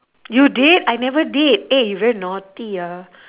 you did I never did eh you very naughty ah